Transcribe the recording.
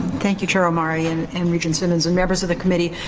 thank you, chair omari and and regent simmons and members of the committee.